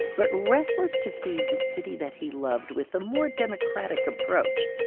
but restless to feed the city that he loved with a more democratic approach.